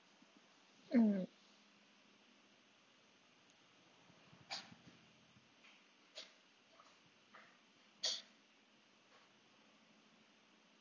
mm